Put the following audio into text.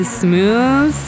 smooth